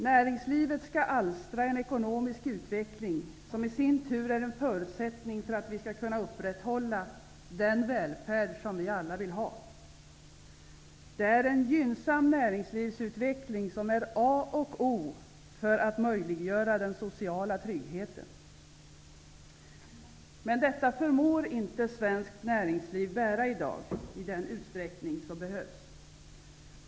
Näringslivet skall alstra en ekonomisk utveckling, som i sin tur är en förutsättning för att vi skall kunna upprätthålla den välfärd som vi alla vill ha. Det är en gynnsam näringslivsutveckling som är A och O för att möjliggöra den sociala tryggheten. Men detta förmår inte svenskt näringsliv att göra i dag i den utsträckning som behövs.